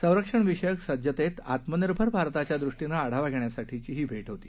संरक्षणविषयक सज्जतेत आत्मनिर्भर भारताच्या दृष्पीनं आढावा घेण्यासाठी ही भे होती